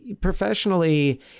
professionally